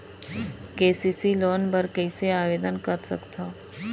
KCC loan बर कइसे आवेदन कर सकथव?